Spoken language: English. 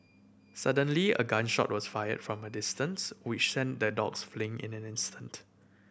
suddenly a gun shot was fired from a distance which sent the dogs fleeing in an instant